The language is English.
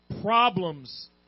problems